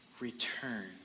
return